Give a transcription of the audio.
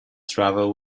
travelled